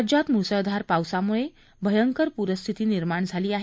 राज्यात म्सळधार पावसाम्ळे भयंकर पूरस्थिती निर्माण झाली आहे